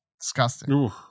Disgusting